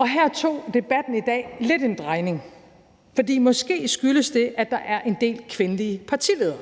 Her tog debatten i dag lidt en drejning, og måske skyldes det, at der er en del kvindelige partiledere.